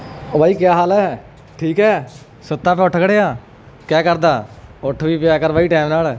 ਓ ਬਾਈ ਕਿਆ ਹਾਲ ਹੈ ਠੀਕ ਹੈ ਸੁੱਤਾ ਪਿਆ ਉੱਠ ਖੜ੍ਹਿਆ ਕਿਆ ਕਰਦਾ ਉੱਠ ਵੀ ਪਿਆ ਕਰ ਬਾਈ ਟਾਈਮ ਨਾਲ